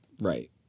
Right